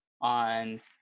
on